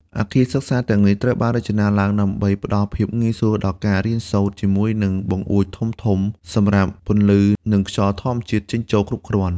អគារសិក្សាទាំងនេះត្រូវបានរចនាឡើងដើម្បីផ្តល់ភាពងាយស្រួលដល់ការរៀនសូត្រ ជាមួយនឹងបង្អួចធំៗសម្រាប់ពន្លឺ និងខ្យល់ធម្មជាតិចេញចូលគ្រប់គ្រាន់។